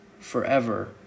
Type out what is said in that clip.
Forever